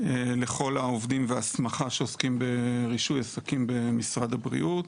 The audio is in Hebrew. והסמכה לכל העובדים שעוסקים ברישוי עסקים במשרד הבריאות.